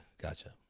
Gotcha